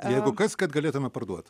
jeigu kas kad galėtume parduot